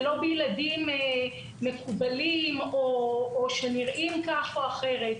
זה לא בילדים מקובלים או שנראים כך או אחרת.